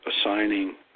assigning